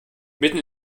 mitten